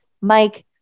Mike